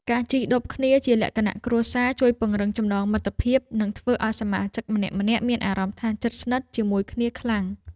ការជិះឌុបគ្នាជាលក្ខណៈគ្រួសារជួយពង្រឹងចំណងមិត្តភាពនិងធ្វើឱ្យសមាជិកម្នាក់ៗមានអារម្មណ៍ថាជិតស្និទ្ធជាមួយគ្នាខ្លាំង។